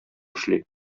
эшли